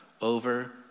over